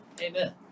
Amen